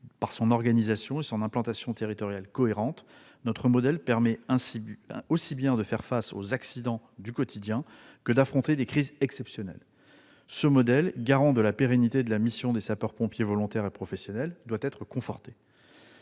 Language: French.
Par son organisation et son implantation territoriale cohérente, notre modèle permet aussi bien de faire face aux accidents du quotidien que d'affronter les crises exceptionnelles. Ce modèle, garant de la pérennité de la mission des sapeurs-pompiers volontaires et professionnels, doit être conforté.